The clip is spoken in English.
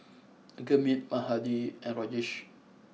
Gurmeet Mahade and Rajesh